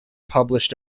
published